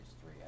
three